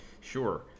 Sure